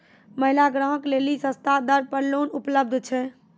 महिला ग्राहक लेली सस्ता दर पर लोन उपलब्ध छै?